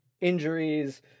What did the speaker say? injuries